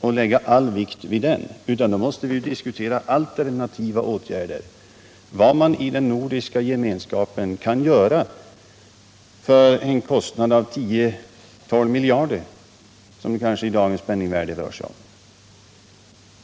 och lägga all vikt vid den, utan då måste vi diskutera alternativa åtgärder: vad man för den nordiska gemenskapen kan göra för en kostnad av 10-12 miljarder, som TV-satelliten i dagens penningvärde kanske rör sig om.